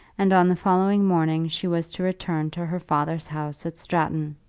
and on the following morning she was to return to her father's house at stratton.